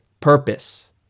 purpose